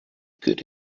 good